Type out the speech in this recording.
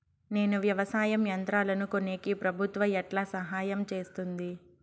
నేను వ్యవసాయం యంత్రాలను కొనేకి ప్రభుత్వ ఎట్లా సహాయం చేస్తుంది?